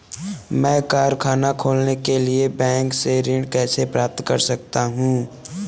मैं कारखाना खोलने के लिए बैंक से ऋण कैसे प्राप्त कर सकता हूँ?